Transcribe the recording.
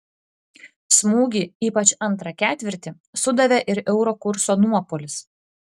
smūgį ypač antrą ketvirtį sudavė ir euro kurso nuopuolis